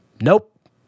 Nope